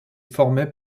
formé